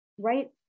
right